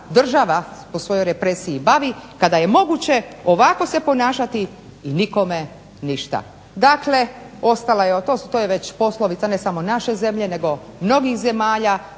država po svojoj represiji bavi kada je moguće ovako se ponašati i nikome ništa. Dakle, to je već poslovica ne samo naše zemlje nego mnogih zemalja,